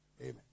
Amen